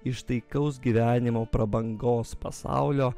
iš taikaus gyvenimo prabangos pasaulio